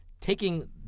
taking